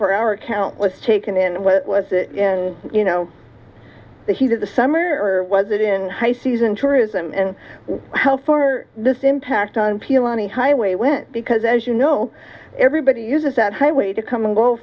four hour count was taken in what was it you know the heat of the summer or was it in high season tourism and how far this impact on pilani highway went because as you know everybody uses that highway to come and go